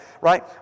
right